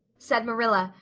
said marilla,